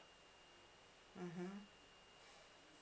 mmhmm